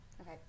okay